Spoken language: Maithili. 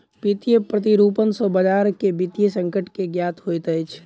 वित्तीय प्रतिरूपण सॅ बजार के वित्तीय संकट के ज्ञात होइत अछि